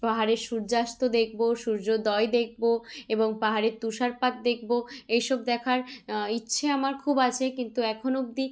পাহাড়ের সূর্যাস্ত দেখব সূর্যোদয় দেখব এবং পাহাড়ের তুষারপাত দেখব এই সব দেখার ইচ্ছে আমার খুব আছে কিন্তু এখন অবধি